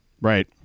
Right